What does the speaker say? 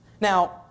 Now